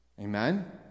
Amen